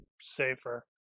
safer